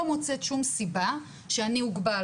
אני לא מוצאת שום סיבה שאני אוגבל,